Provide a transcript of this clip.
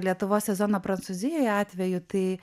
lietuvos sezono prancūzijoje atveju tai